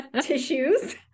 Tissues